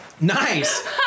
Nice